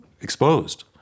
exposed